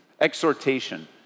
Exhortation